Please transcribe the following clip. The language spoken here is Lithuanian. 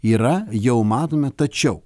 yra jau matome tačiau